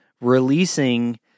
releasing